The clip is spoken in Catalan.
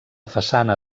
façana